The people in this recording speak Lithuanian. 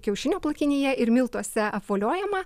kiaušinio plakinyje ir miltuose apvoliojama